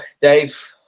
dave